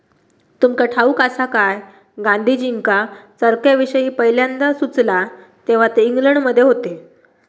तुमका ठाऊक आसा काय, गांधीजींका चरख्याविषयी पयल्यांदा सुचला तेव्हा ते इंग्लंडमध्ये होते